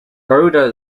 garuda